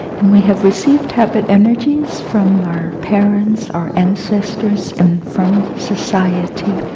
and we have received habit energies from our parents, our ancestors, and from society.